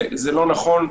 זה לא נכון,